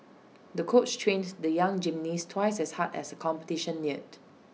the coach trained the young gymnast twice as hard as competition neared